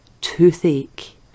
toothache